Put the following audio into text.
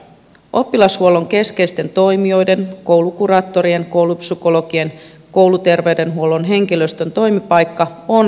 oppilashuollon keskeisten toimijoiden koulukuraattorien koulupsykologien kouluterveydenhuollon henkilöstön toimipaikka on koulussa